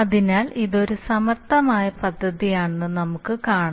അതിനാൽ ഇത് ഒരു സമർത്ഥമായ പദ്ധതിയാണെന്ന് നമുക്ക് കാണാം